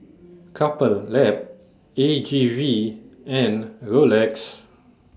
Couple Lab A G V and Rolex